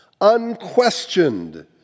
unquestioned